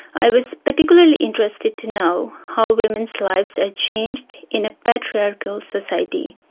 i was particularly interested to know how women's lives are changed in a patriarchal society,